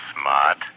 smart